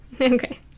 Okay